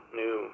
new